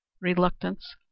reluctance